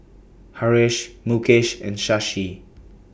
Haresh Mukesh and Shashi